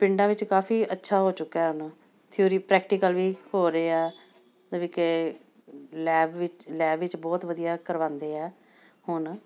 ਪਿੰਡਾਂ ਵਿੱਚ ਕਾਫੀ ਅੱਛਾ ਹੋ ਚੁੱਕਾ ਹੁਣ ਥਿਊਰੀ ਪ੍ਰੈਕਟੀਕਲ ਵੀ ਹੋ ਰਹੇ ਆ ਮਤਲਬ ਕਿ ਲੈਬ ਵਿੱਚ ਲੈਬ ਵਿੱਚ ਬਹੁਤ ਵਧੀਆ ਕਰਵਾਉਂਦੇ ਹੈ ਹੁਣ